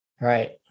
Right